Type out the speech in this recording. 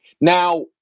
Now